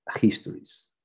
histories